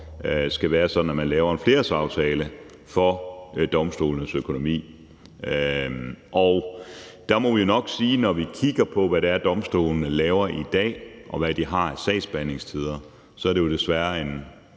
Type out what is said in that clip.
skal være sådan, at man laver en flerårsaftale for domstolenes økonomi. Og der må vi jo nok, når vi kigger på, hvad det er, domstolene laver i dag, og hvad de har af sagsbehandlingstider, sige, at det desværre er